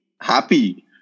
happy